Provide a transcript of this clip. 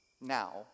now